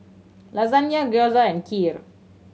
Lasagne Gyoza and Kheer